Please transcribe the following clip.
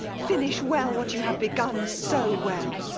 finish well what you have begun so well.